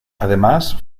además